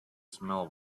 smell